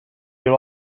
you